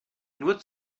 nur